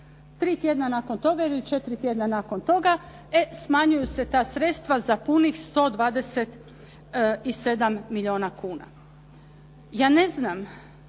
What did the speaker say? Tri tjedna nakon toga ili četiri tjedna nakon toga, e smanjuju se ta sredstva za punih 127 milijona kuna. Ja ne znam